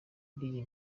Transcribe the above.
buriya